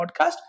podcast